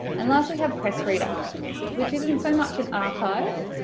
and last we have pressreader which isn't so much an archive,